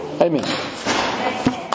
Amen